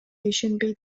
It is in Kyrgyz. ишенбей